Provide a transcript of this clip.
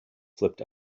flipped